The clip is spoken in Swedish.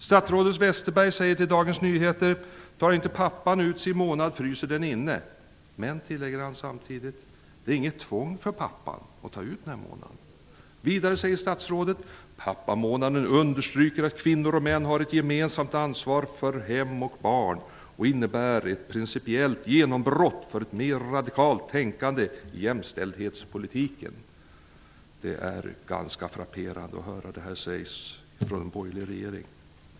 Statsrådet Westerberg säger till Dagens Nyheter: ''Tar inte pappan ut sin månad fryser den inne.'' Han tillägger dock samtidigt att det inte är något tvång för pappan att ta ut den månaden. Vidare säger statsrådet: ''Pappamånaden understryker att kvinnor och män har ett gemensamt ansvar för hem och barn och innebär ett principiellt genombrott för ett mer radikalt tänkande i jämställdhetspolitiken.'' Det är ganska frapperande att detta sägs av en minister i den borgerliga regeringen.